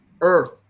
earth